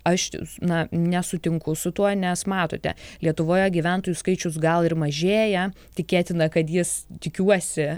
aš na nesutinku su tuo nes matote lietuvoje gyventojų skaičius gal ir mažėja tikėtina kad jis tikiuosi